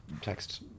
text